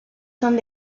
son